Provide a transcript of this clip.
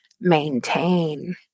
maintain